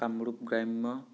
কামৰূপ গ্ৰাম্য